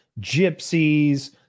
gypsies